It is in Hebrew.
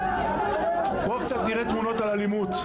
נראה קצת תמונות על אלימות.